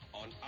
on